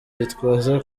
gitwaza